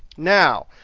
now,